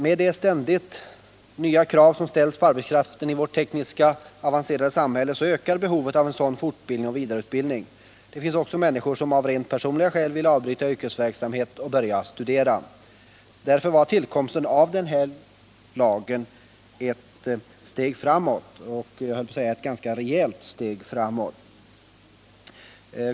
Med de ständigt nya krav som ställs på arbetskraften i vårt tekniskt avancerade samhälle ökar behovet av sådan fortbildning och vidareutbildning. Det finns också människor som av rent personliga skäl vill avbryta yrkesverksamheten och börja studera. Därför var tillkomsten av den här lagen ett steg framåt — jag höll på att säga ett ganska rejält steg framåt.